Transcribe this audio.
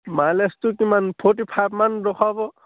মাইলেজটো কিমান forty five মান ৰখাব